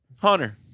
hunter